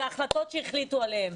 אלה החלטות שהחליטו עליהן,